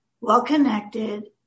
well-connected